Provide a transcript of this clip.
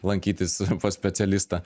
lankytis pas specialistą